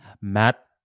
Matt